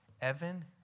Evan